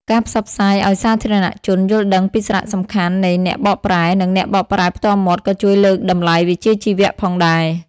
ការផ្សព្វផ្សាយឲ្យសាធារណជនយល់ដឹងពីសារៈសំខាន់នៃអ្នកបកប្រែ និងអ្នកបកប្រែផ្ទាល់មាត់ ក៏ជួយលើកតម្លៃវិជ្ជាជីវៈផងដែរ។